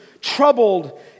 Troubled